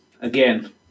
Again